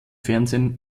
fernsehen